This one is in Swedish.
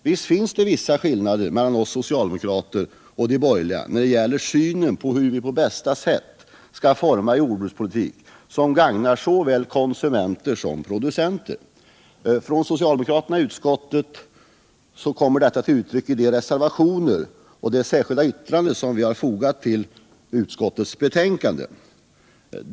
Visst finns det vissa skillnader mellan oss socialdemokrater och de borgerliga när det gäller synen på hur vi på bästa sätt skall forma en jordbrukspolitik som gagnar såväl konsumenter som producenter. Från socialdemokraterna i utskottet kommer detta till uttryck i de reservationer och det särskilda yttrande som vi fogat till jordbruksutskottets betänkande.